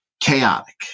chaotic